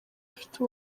bafite